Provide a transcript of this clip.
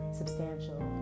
substantial